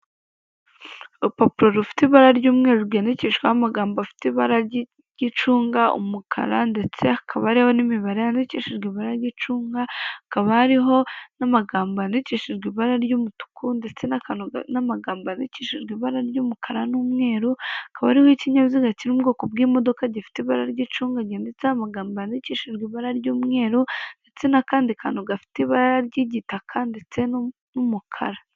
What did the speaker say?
Urupapuro rufite ibara ry'umweru ryandikishwaho amagambo afite ibara ry'icunga umukara ndetse ha akaba ariwo n'imibare yandikishijwe iba ry'icunga hakaba ariho n'amagambo yandikishijwe ibara ry'umutuku ndetse n'amagambo azikishijwe ibara ry'umukara n'umweru akaba ariho'ikinyabiziga kiririmo ubwoko bw'imodoka gifite ibara ry'icungage ndetse n'amagambo yandikishijwe ibara ry'umweru ndetse n'akandi kantu gafite ibara ry'igitaka ndetse n'umukara.